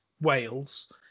Wales